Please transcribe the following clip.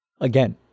Again